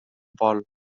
vol